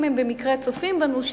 אם הם במקרה צופים בנו,